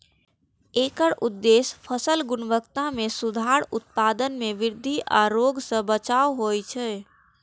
एकर उद्देश्य फसलक गुणवत्ता मे सुधार, उत्पादन मे वृद्धि आ रोग सं बचाव होइ छै